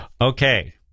Okay